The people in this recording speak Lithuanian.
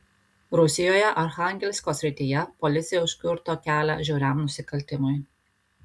rusijoje archangelsko srityje policija užkirto kelią žiauriam nusikaltimui